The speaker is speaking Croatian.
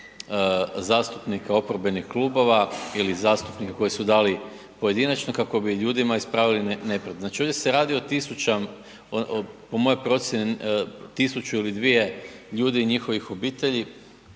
zastupnika oporbenih klubova ili zastupnika koji su dali pojedinačno kako bi ljudima ispravili nepravdu. Znači ovdje se radi, po mojoj procjeni 1 000 ili dvije ljudi i njihovih obitelji